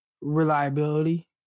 reliability